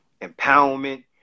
empowerment